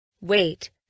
Wait